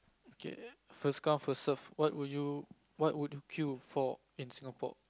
K first come first serve what would you what would you queue for Singapore